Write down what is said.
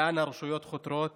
לאן הרשויות חותרות